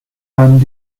and